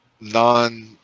non